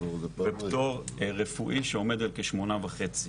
ופטור רפואי שעומד על כ-8.5%.